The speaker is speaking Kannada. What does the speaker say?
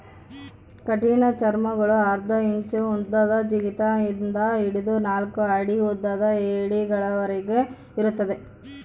ಕಠಿಣಚರ್ಮಿಗುಳು ಅರ್ಧ ಇಂಚು ಉದ್ದದ ಜಿಗಿತ ಇಂದ ಹಿಡಿದು ನಾಲ್ಕು ಅಡಿ ಉದ್ದದ ಏಡಿಗಳವರೆಗೆ ಇರುತ್ತವೆ